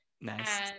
Nice